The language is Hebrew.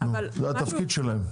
זה התפקיד שלהם.